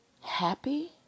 happy